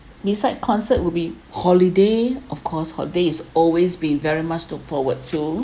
besides concert will be holiday of course holiday is always been very much look forward to